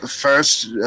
First